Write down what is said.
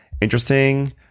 interesting